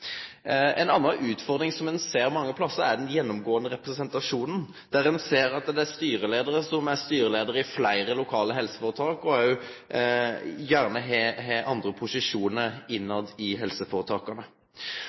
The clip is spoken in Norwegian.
anna utfordring som ein ser mange stader, er den gjennomgåande representasjonen. Ein ser at det er styreleiarar som er styreleiar i fleire lokale helseføretak og også gjerne har andre posisjonar